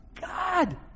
God